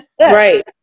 right